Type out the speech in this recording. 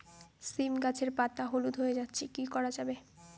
সীম গাছের পাতা হলুদ হয়ে যাচ্ছে কি করা যাবে?